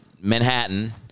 Manhattan